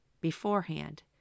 beforehand